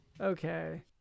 Okay